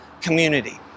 community